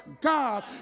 God